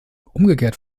umgekehrt